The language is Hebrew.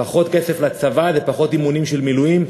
פחות כסף לצבא זה פחות אימונים של מילואים,